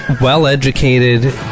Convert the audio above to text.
well-educated